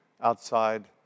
outside